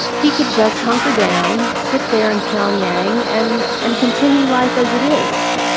he could just hunker down, sit there in pyongyang, and and continue life as it is,